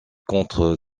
contre